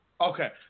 okay